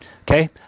Okay